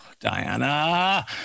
Diana